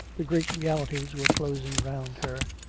the great realities were closing round her,